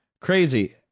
crazy